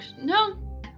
no